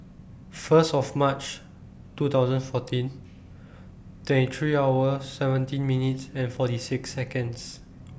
First of March two thousand fourteen twenty three hours seventeen minutes and forty six Seconds